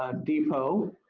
ah depo.